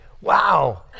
wow